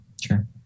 Sure